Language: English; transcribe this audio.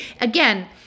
again